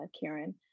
Karen